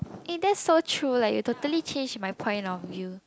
eh that's so true like you totally changed my point of view